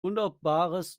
wunderbares